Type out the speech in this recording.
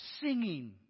singing